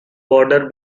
border